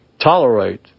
tolerate